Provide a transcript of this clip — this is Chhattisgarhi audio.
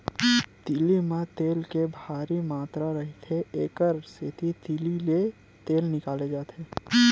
तिली म तेल के भारी मातरा रहिथे, एकर सेती तिली ले तेल निकाले जाथे